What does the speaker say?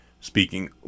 speaking